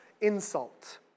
insult